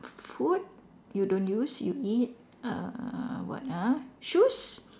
food you don't use you eat uh what ah shoes